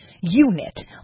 unit